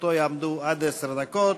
לרשותו יעמדו עד עשר דקות.